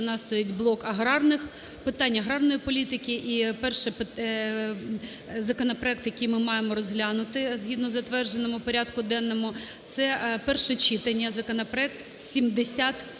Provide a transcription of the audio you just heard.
у нас стоїть блок аграрних питань, аграрної політики. І перший законопроект, який ми маємо розглянути згідно затвердженому порядку денному, це перше читання законопроект 7060.